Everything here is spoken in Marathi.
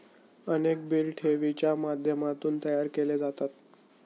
अनेक बिले ठेवींच्या माध्यमातून तयार केली जातात